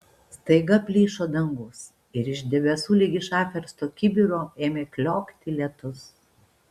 staiga plyšo dangus ir iš debesų lyg iš apversto kibiro ėmė kliokti lietus